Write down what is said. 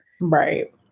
right